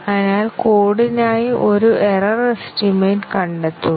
അതിനാൽ കോഡിനായി ഒരു എറർ എസ്റ്റിമേറ്റ് കണ്ടെത്തുക